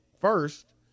first